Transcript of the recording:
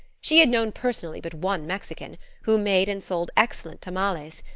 she had known personally but one mexican, who made and sold excellent tamales,